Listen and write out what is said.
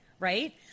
Right